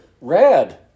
red